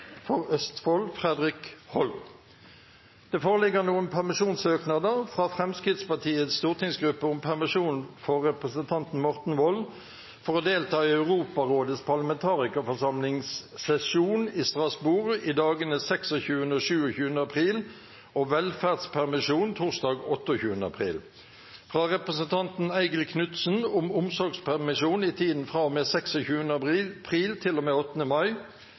For Østfold: Fredrik Holm Det foreligger noen permisjonssøknader: fra Fremskrittspartiets stortingsgruppe om permisjon for representanten Morten Wold for å delta i Europarådets parlamentarikerforsamlings sesjon i Strasbourg i dagene 26. og 27. april og velferdspermisjon torsdag 28. april fra representanten Eigil Knutsen om omsorgspermisjon i tiden fra og med 26. april til og med 8. mai